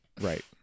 Right